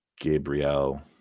Gabriel